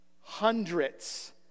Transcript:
hundreds